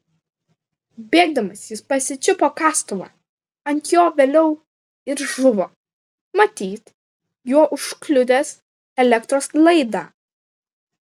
bėgdamas jis pasičiupo kastuvą ant jo vėliau ir žuvo matyt juo užkliudęs elektros laidą